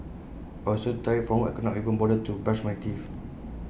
I was so tired from work I could not even bother to brush my teeth